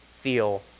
feel